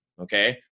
Okay